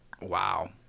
wow